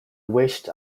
wished